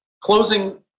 closing